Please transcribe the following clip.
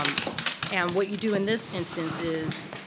um and what you do in this instance is,